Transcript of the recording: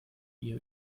ihr